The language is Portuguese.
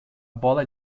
bola